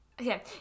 Okay